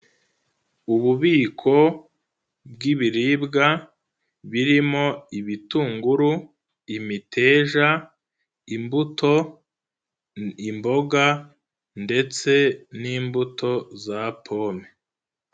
Ububiko, bw'ibiribwa, birimo ibitunguru, imiteja, imbuto, imboga ndetse n'imbuto za pome.